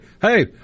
hey